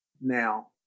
now